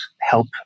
help